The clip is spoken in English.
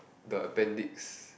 the appendix